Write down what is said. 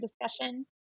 discussion